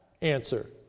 answer